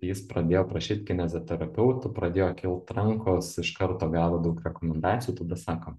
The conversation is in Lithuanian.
kai jis pradėjo prašyt kineziterapeutų pradėjo kilt rankos karto gavo daug rekomendacijų tada sako